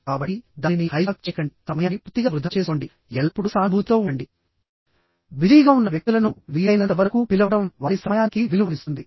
కాబట్టిదానిని hijack చేయకండి సమయాన్ని పూర్తిగా వృధా చేసుకోండి ఎల్లప్పుడూ సానుభూతితో ఉండండి బిజీగా ఉన్న వ్యక్తులను వీలైనంత వరకు పిలవడం వారి సమయానికి విలువనిస్తుంది